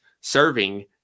serving